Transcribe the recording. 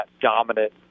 dominant